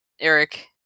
Eric